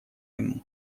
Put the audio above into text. ему